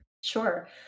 Sure